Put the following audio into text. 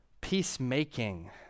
Peacemaking